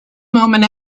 moment